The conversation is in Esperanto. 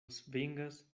svingas